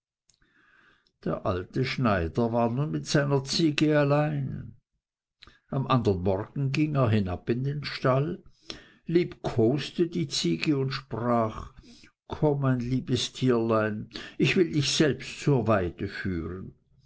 der alte schneider war nun mit seiner ziege allein am andern morgen ging er hinab in den stall liebkoste die ziege und sprach komm mein liebes tierlein ich will dich selbst zur weide führen